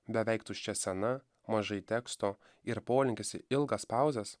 beveik tuščia scena mažai teksto ir polinkis į ilgas pauzes